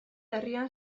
herrian